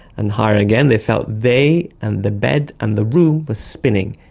and higher again they felt they and the bed and the room were spinning.